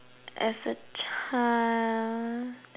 as a child